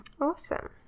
Awesome